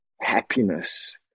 happiness